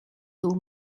дүү